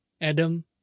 Adam